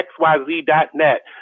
xyz.net